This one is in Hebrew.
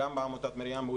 הוא גם בעמותת 'מרים',